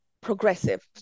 progressive